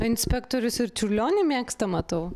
o inspektorius ir čiurlionį mėgsta matau